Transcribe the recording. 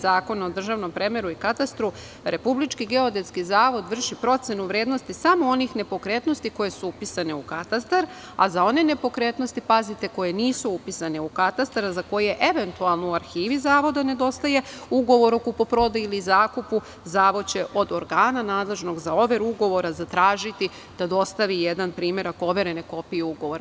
Zakona o državnom premeru i katastru, Republički geodetski zavod vrši procenu vrednosti samo onih nepokretnosti koje su upisane u katastar, a za one nepokretnosti, pazite, koje nisu upisane u katastar, a za koje eventualno u arhivi zavoda nedostaje ugovor o kupoprodaji ili zakupu, zavod će od organa nadležnog za overu ugovora zatražiti da dostavi jedan primerak overene kopije ugovora.